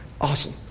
Awesome